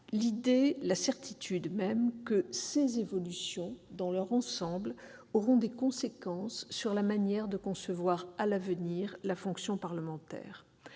vous la certitude que ces évolutions, dans leur ensemble, auront des conséquences sur la manière de concevoir la fonction parlementaire